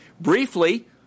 Briefly